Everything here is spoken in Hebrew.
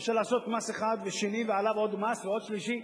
אפשר לעשות מס אחד ושני ועליו עוד מס ועוד שלישי.